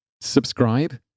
Subscribe